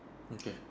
okay